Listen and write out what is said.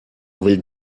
will